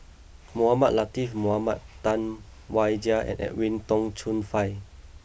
Mohamed Latiff Mohamed Tam Wai Jia and Edwin Tong Chun Fai